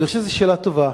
אני חושב שזאת שאלה טובה,